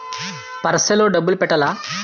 Purse లో డబ్బులు పెట్టలా?